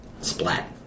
Splat